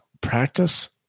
practice